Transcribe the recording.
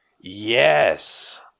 Yes